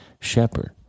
shepherd